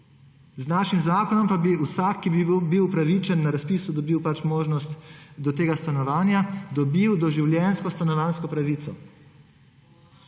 Z našim zakonom pa bi vsak, ki bi bil upravičen, na razpisu dobil možnost do tega stanovanja, dobil doživljenjsko stanovanjsko pravico,